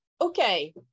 okay